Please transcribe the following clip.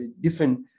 different